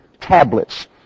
tablets